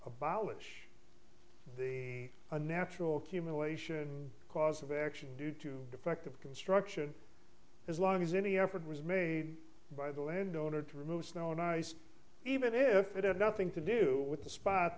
abolish the unnatural cumulation cause of action due to defective construction as long as any effort was made by the landowner to remove snow and ice even if it had nothing to do with the spot